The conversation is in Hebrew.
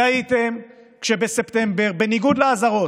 טעיתם כשבספטמבר, בניגוד לאזהרות,